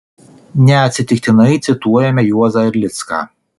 neatsitiktinai cituojame juozą erlicką